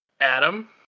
Adam